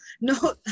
No